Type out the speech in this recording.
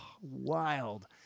wild